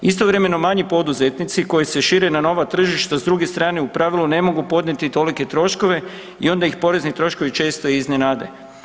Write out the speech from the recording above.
Istovremeno manji poduzetnici koji se šire na nova tržišta s druge strane u pravilu ne mogu podnijeti tolike troškove i onda ih porezni troškovi često iznenade.